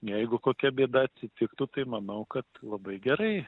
jeigu kokia bėda atsitiktų tai manau kad labai gerai